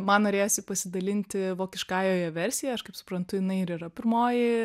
man norėjosi pasidalinti vokiškąja jo versija aš kaip suprantu jinai ir yra pirmoji